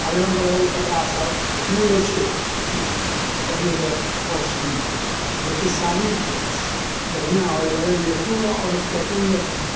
अगड़म बगड़म कपड़ासब नहि अछि पहिरैके पक्षमे जतेक साड़ी बढ़िआँ लगैए कोनो औरतके कोनो लड़कीके